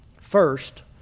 first